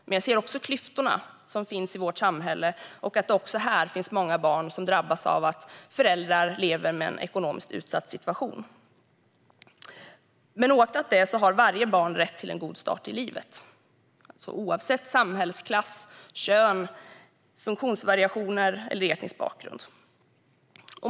Men jag ser också klyftorna i vårt samhälle och att det även här finns många barn som drabbas av att föräldrar lever i en ekonomiskt utsatt situation. Varje barn har rätt till en god start i livet, oavsett samhällsklass, kön, funktionsvariationer eller etnisk bakgrund.